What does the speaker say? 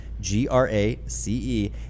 G-R-A-C-E